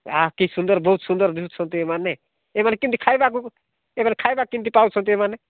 ଆଃ କି ସୁନ୍ଦର ବହୁତ ସୁନ୍ଦର ଜିନିଷଟିଏ ମାନେ ଏମାନେ କେମିତି ଖାଇବାକୁ ଏମାନେ ଖାଇବା କେମିତି ପାଉଛନ୍ତି ଏମାନେ